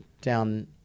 down